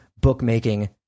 bookmaking